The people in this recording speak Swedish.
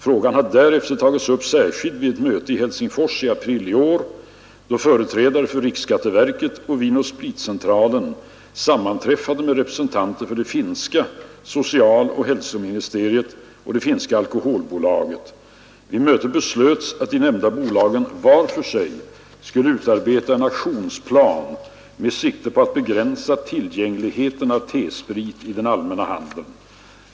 Frågan har därefter tagits upp särskilt vid ett möte i Helsingfors i april i år, då företrädare för riksskatteverket och Vin & Spritcentralen AB sammanträffade med representanter för det finska socialoch hälsoministeriet och det finska alkoholbolaget, Alko AB. Vid mötet beslöts att de nämnda bolagen vart för sig skulle utarbeta en aktionsplan med sikte på att begränsa tillgängligheten av T-sprit i den allmänna handeln.